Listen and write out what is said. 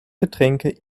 getränke